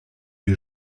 les